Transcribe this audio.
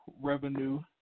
revenue